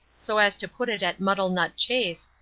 so as to put it at muddlenut chase,